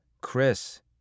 Chris